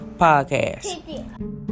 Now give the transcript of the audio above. podcast